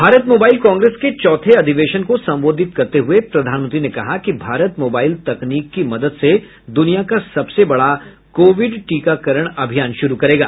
Bharat mobile congress के चौथे अधिवेशन को संबोधित करते हुए प्रधानमंत्री ने कहा कि भारत मोबाइल तकनीक की मदद से दुनिया का सबसे बड़ा कोविड टीकाकरण अभियान शुरू करेगा